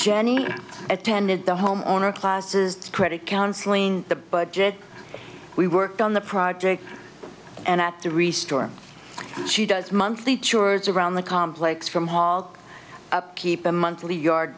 jenny attended the home owner classes credit counseling the budget we worked on the project and at three storey she does monthly chores around the complex from hall up keep the monthly yard